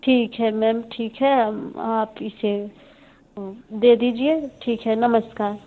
ठीक है मैम ठीक है आप इसे दे दीजिए ठीक है नमस्कार